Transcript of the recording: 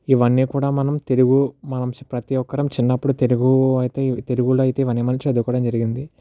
ఇవన్నీ కూడా మనం తెలుగు మనం ప్రతి ఒక్కరం చిన్నప్పుడు తెలుగు అయితే తెలుగులో అయితే ఇవన్నీమనం చదువుకోవడం జరిగింది